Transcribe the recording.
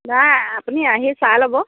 নাই আপুনি আহি চাই ল'ব